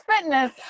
fitness